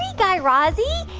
guy razzie.